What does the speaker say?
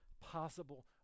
possible